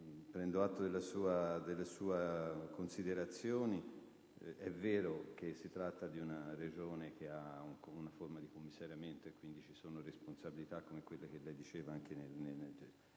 prendo atto delle sue considerazioni. È vero che si tratta di una Regione sottoposta ad una forma di commissariamento e quindi ci sono responsabilità come quelle che lei diceva; pertanto, nel dare